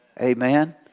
Amen